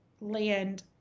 land